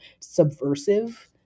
subversive